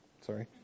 Sorry